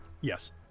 Yes